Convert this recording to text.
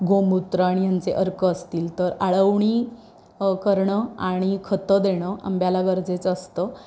गोमूत्र आणि यांचे अर्क असतील तर आळवणी करणं आणि खतं देणं आंब्याला गरजेचं असतं